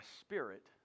spirit